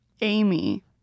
Amy